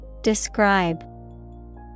Describe